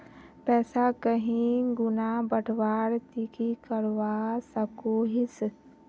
पैसा कहीं गुणा बढ़वार ती की करवा सकोहिस?